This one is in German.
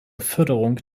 förderung